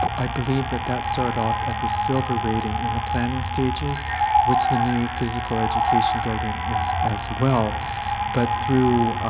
i believe that that started off at the silver rating in the planning stages which the new physical education building is as well but through